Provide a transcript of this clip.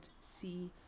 see